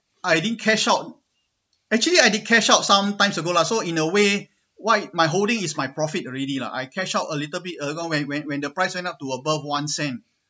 I didn't cash out actually I did cash out some times ago lah so in a way why my holding is my profit already lah I cash out a little bit uh when when when the price went up to above one cent